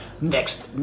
next